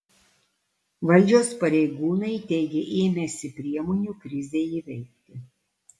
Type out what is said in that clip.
valdžios pareigūnai teigia ėmęsi priemonių krizei įveikti